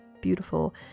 beautiful